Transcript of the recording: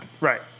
right